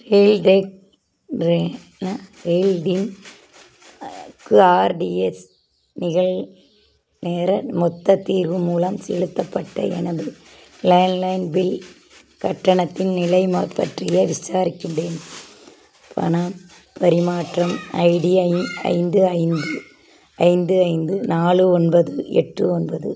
ரெயில்டெ ரெ என்ன ரெயில்டின் க்கு ஆர்டிஎஸ் நிகழ்நேர மொத்த தீர்வு மூலம் செலுத்தப்பட்ட எனது லேண்ட்லைன் பில் கட்டணத்தின் நிலைமை பற்றி விசாரிக்கின்றேன் பணப் பரிமாற்றம் ஐடி எ எண் ஐந்து ஐந்து ஐந்து ஐந்து நாலு ஒன்பது எட்டு ஒன்பது